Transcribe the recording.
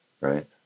Right